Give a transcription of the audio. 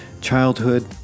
childhood